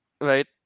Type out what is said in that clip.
right